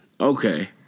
Okay